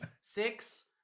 Six